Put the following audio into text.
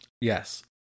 Yes